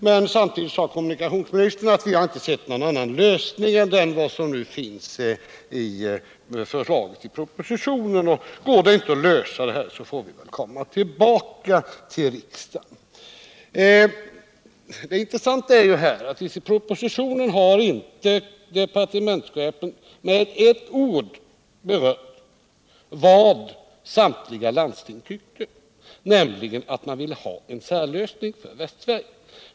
Men samtidigt sade kommunikationsministern att regeringen inte hade sett någon annan lösning än den som nu föreslagits i propositionen och att vi får komma tillbaka till riksdagen om det inte går att lösa problemen. Det intressanta är att departementschefen i propositionen inte med ett ord har berört vad samtliga landsting tycker, nämligen att man vill ha en särlösning för Västsverige.